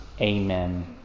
Amen